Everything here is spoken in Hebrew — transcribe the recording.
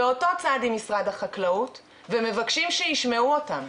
באותו צד עם משרד החקלאות ומבקשים שישמעו אותם.